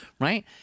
Right